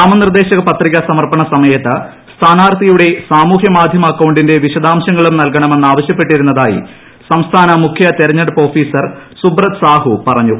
നാമനിർദ്ദേശ പത്രിക സമർപ്പണ സമയത്ത് സ്ഥാനാർത്ഥിയുടെ സാമൂഹൃമാധ്യമ അക്കൌണ്ടിന്റെ വിശദാംശങ്ങളും നൽകണമെന്ന് ആവശ്യപ്പെട്ടിരുന്നതായി സംസ്ഥാന മുഖ്യ തെരഞ്ഞെടുപ്പ് ഓഫീസർ സുബ്രത് സാഹു പറഞ്ഞു